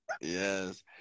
Yes